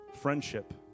friendship